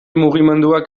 mugimenduak